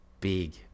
big